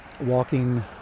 walking